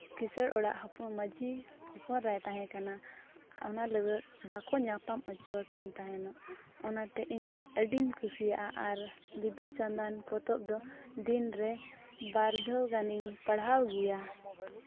ᱠᱤᱥᱟᱹᱲ ᱚᱲᱟᱜ ᱢᱟᱹᱡᱷᱤ ᱦᱚᱯᱚᱱ ᱮᱨᱟᱭ ᱛᱟᱦᱮᱸ ᱠᱟᱱᱟ ᱚᱱᱟ ᱞᱟᱹᱜᱤᱫ ᱵᱟᱠᱚ ᱧᱟᱯᱟᱢ ᱦᱚᱪᱚᱣᱟᱹᱠᱤᱱ ᱛᱟᱦᱮᱱᱚᱜ ᱚᱱᱟᱛᱮ ᱤᱧᱫᱚ ᱟᱹᱰᱤᱧ ᱠᱩᱥᱤᱭᱟᱜᱼᱟ ᱟᱨ ᱵᱤᱸᱫᱩᱼᱪᱟᱸᱫᱟᱱ ᱯᱚᱛᱚᱵ ᱫᱚ ᱫᱤᱱ ᱨᱮ ᱵᱟᱨ ᱫᱷᱟᱣ ᱜᱟᱹᱱᱤᱧ ᱯᱟᱲᱦᱟᱣ ᱜᱮᱭᱟ